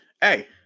hey